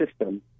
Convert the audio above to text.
system